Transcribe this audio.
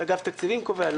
אגף התקציבים קובע,